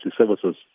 services